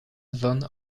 van